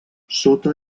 sota